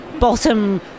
Bottom